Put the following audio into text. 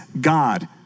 God